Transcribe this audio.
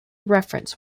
reference